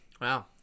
Wow